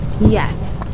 yes